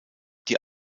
die